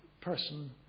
person